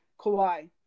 Kawhi